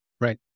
Right